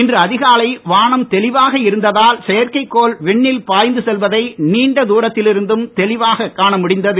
இன்று அதிகாலை வானம் தெளிவாக இருந்த்தால் செயற்கைகோள் விண்ணில் பாய்ந்து செல்வதை நீண்ட தூரத்தில் இருந்தும் தெளிவாக காணமுடிந்தது